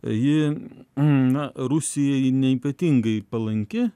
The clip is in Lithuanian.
ji na rusijai neypatingai palanki